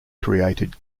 created